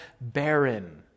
barren